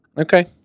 Okay